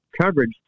coverage